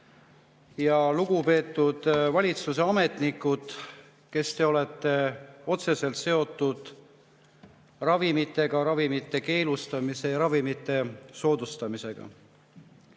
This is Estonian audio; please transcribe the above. Ja lugupeetud valitsuse ametnikud, kes te olete otseselt seotud ravimitega, ravimite keelustamise ja ravimite [hüvitamisega]!